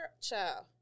child